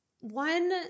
one